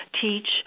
teach